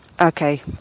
Okay